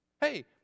Hey